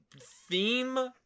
theme